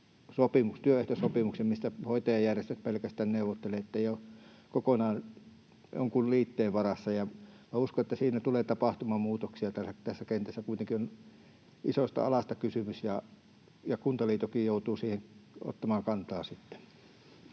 työehtosopimuksen, mistä hoitajajärjestöt pelkästään neuvottelevat, että eivät ole kokonaan jonkun liitteen varassa. Minä uskon, että siinä tulee tapahtumaan muutoksia tässä kentässä, kuitenkin isosta alasta kysymys ja Kuntaliittokin joutuu sitten ottamaan kantaa